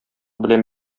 белән